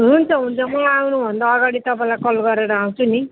हुन्छ हुन्छ म आउनुभन्दा अगाडि तपाईँलाई कल गरेर आउँछु नि